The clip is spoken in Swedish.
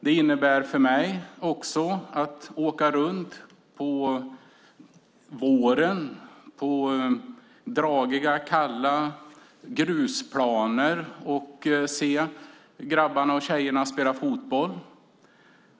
Det innebär för mig också att åka runt på våren till dragiga kalla grusplaner och se grabbarna och tjejerna spela fotboll.